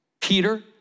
Peter